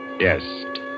Yes